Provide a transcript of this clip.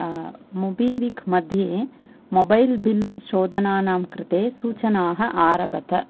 MobiKwik मध्ये mobile bill शोधनानां कृते सूचनाः आरबत